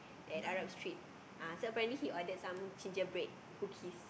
and Arab Street so apparently he ordered some ginger bread cookies at Arab Street